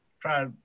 try